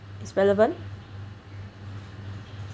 it's relevant